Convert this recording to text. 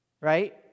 Right